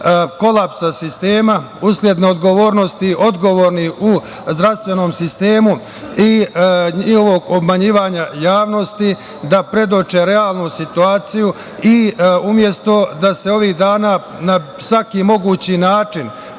kolapsa sistema, usled neodgovornosti odgovornih u zdravstvenom sistemu i njihovog obmanjivanja javnosti da predoče realnu situaciju. Umesto da se ovih dana na svaki mogući način